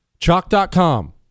Chalk.com